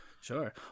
Sure